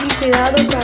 cuidado